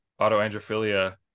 autoandrophilia